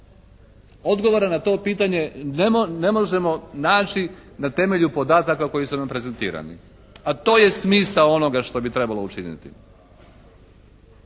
Odgovora na to pitanje ne možemo naći na temelju podataka koji su nam prezentirani. A to je smisao onoga što bi trebalo učiniti.